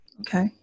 Okay